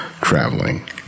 traveling